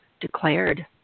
declared